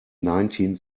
nineteen